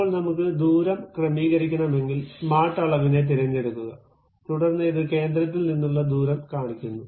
ഇപ്പോൾ നമുക്ക് ദൂരം ക്രമീകരിക്കണമെങ്കിൽ സ്മാർട്ട് അളവിനെ തിരഞ്ഞെടുക്കുക തുടർന്ന് ഇത് കേന്ദ്രത്തിൽ നിന്നുള്ള ദൂരം കാണിക്കുന്നു